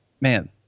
Man